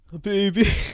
baby